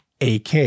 AK